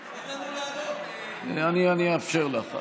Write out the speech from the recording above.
אני אאפשר לך.